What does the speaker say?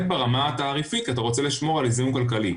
ברמה התעריפית כי אתה רוצה לשמור על איזון כלכלי.